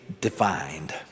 defined